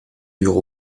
durent